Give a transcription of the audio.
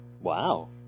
Wow